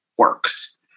works